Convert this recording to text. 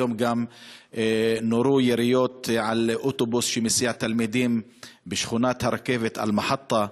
היום גם נורו יריות על אוטובוס שמסיע תלמידים בשכונת הרכבת אל-מחאטה,